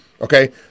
Okay